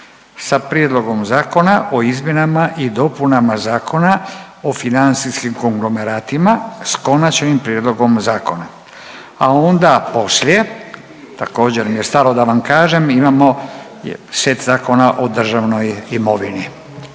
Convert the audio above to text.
sa Prijedlogom zakona o izmjenama i dopunama Zakona o financijskim konglomeratima sa konačnim prijedlogom zakona. A onda poslije, također mi je stalo da vam kažem imamo set zakona o državnoj imovini.